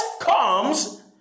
comes